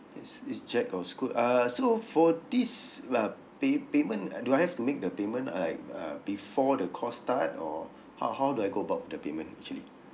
yes is cheque or school uh so for this uh pay payment uh do I have to make the payment uh uh before the course start or how how do I go about the payment actually